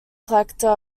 collector